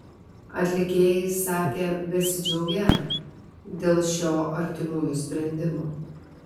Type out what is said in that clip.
atlikėjai sakė besidžiaugią dėl šio artimųjų sprendimo